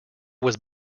was